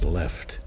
left